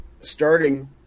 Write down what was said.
starting